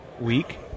week